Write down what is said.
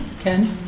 Ken